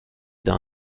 d’un